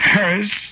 Harris